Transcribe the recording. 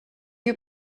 you